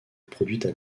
produites